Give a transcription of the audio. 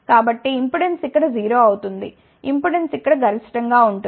కాబట్టి ఇంపెడెన్స్ ఇక్కడ 0 అవుతుంది ఇంపెడెన్స్ ఇక్కడ గరిష్టంగా ఉంటుంది